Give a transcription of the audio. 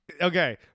Okay